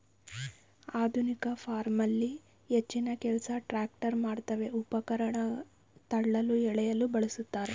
ಆಧುನಿಕ ಫಾರ್ಮಲ್ಲಿ ಹೆಚ್ಚಿನಕೆಲ್ಸ ಟ್ರ್ಯಾಕ್ಟರ್ ಮಾಡ್ತವೆ ಉಪಕರಣ ತಳ್ಳಲು ಎಳೆಯಲು ಬಳುಸ್ತಾರೆ